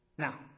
Now